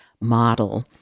model